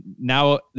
now